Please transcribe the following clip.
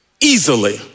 easily